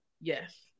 Yes